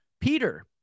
Peter